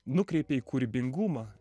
nukreipia į kūrybingumą